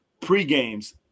pre-games